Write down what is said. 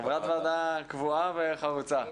חברת ועדה קבועה וחרוצה.